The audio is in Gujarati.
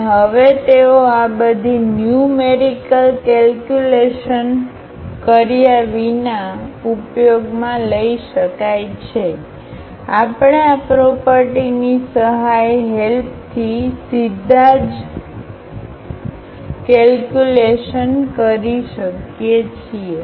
અને હવે તેઓ આ બધી ન્યુમેરિકલ કેલ્ક્યુલેશન કેલ્ક્યુલેશન કર્યા વિના હવે ઉપયોગમાં લઈ શકાય છે આપણે આ પ્રોપર્ટી ની સહાય હેલ્પ થી સીધા જ કેલ્ક્યુલેશન કરી શકીએ છીએ